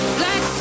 black